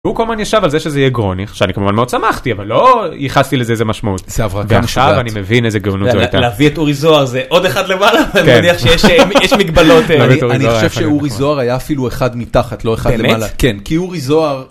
הוא כמובן ישב על זה שזה יהיה גרוניך שאני כמובן מאוד שמחתי אבל לא ייחסתי לזה איזה משמעות, איזה הברקה, ועכשיו אני מבין איזה גאונות זו הייתה. להביא את אורי זוהר זה עוד אחד למעלה, ואני מניח שיש מגבלות. אני חושב שאורי זוהר היה אפילו אחד מתחת לא אחד למעלה, כן כי אורי זוהר,